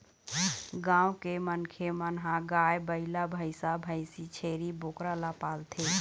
गाँव के मनखे मन ह गाय, बइला, भइसा, भइसी, छेरी, बोकरा ल पालथे